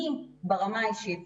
אני ברמה האישית,